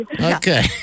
Okay